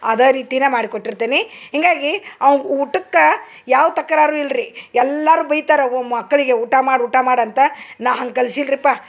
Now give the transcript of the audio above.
ಅದ ರೀತಿನ ಮಾಡ್ಕೊಟ್ಟಿರ್ತೇನಿ ಹೀಗಾಗಿ ಅವ ಊಟಕ್ಕೆ ಯಾವ ತಕರಾರು ಇಲ್ಲ ರೀ ಎಲ್ಲಾರು ಬೈತರೆ ಅವು ಮಕ್ಕಳಿಗೆ ಊಟ ಮಾಡಿ ಊಟ ಮಾಡಿ ಅಂತ ನಾ ಹಂಗೆ ಕಲ್ಸಿಲ್ರಿಪ್ಪ